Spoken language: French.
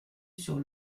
sur